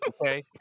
Okay